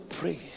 praise